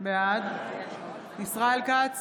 בעד ישראל כץ,